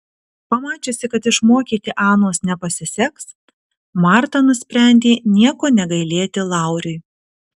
pamačiusi kad išmokyti anos nepasiseks marta nusprendė nieko negailėti lauriui